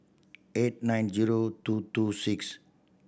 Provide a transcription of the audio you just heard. eight nine zero two two six